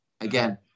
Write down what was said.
Again